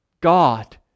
God